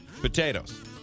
potatoes